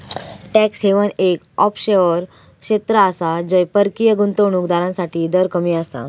tax haven एक offshore क्षेत्र आसा जय परकीय गुंतवणूक दारांसाठी दर कमी आसा